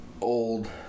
old